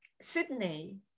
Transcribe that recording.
Sydney